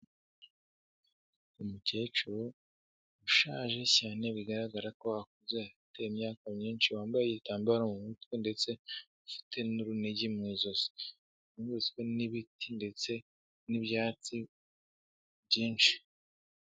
Umukecuru ushaje cyane bigaragara ko akuze afite imyaka myinshi wambaye igitambaro mu mutwe ndetse afite n'urunigi mu ijosi, agoswe n'ibiti ndetse n'ibyatsi byinshi.